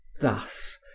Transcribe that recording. thus